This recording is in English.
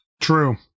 True